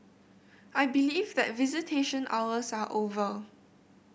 I believe that visitation hours are over